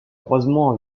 croisement